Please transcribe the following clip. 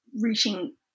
reaching